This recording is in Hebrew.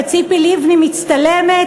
וציפי לבני מצטלמת,